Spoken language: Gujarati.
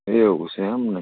એવું છે એમ ને